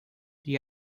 this